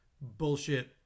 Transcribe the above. bullshit